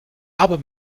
aber